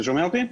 אתה שומע אותי?